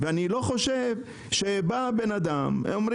אני לא חושב שבא בן אדם ופותח עסק,